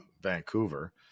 Vancouver